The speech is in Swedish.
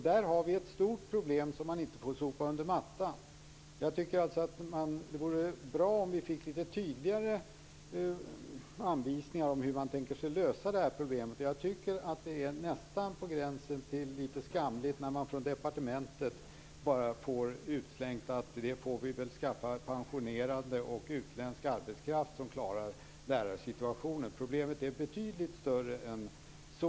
Där har vi ett stort problem som man inte får sopa under mattan. Jag tycker att det vore bra om vi fick litet tydligare anvisningar om hur man tänker lösa det här problemet. Jag tycker att det nästan är på gränsen till litet skamligt när departementet slänger ut att vi får väl skaffa pensionerad och utländsk arbetskraft som klarar lärarsituationen. Problemet är betydligt större än så.